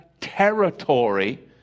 Territory